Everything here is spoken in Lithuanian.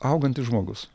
augantis žmogus